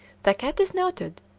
the cat is noted,